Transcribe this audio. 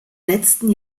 letzten